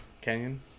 Canyon